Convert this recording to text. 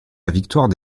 victoire